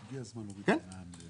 כן.